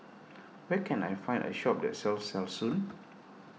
where can I find a shop that sells Selsun